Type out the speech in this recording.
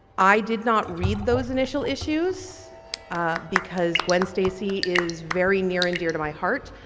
i did not read those initial issues because gwen stacy is very near and dear to my heart.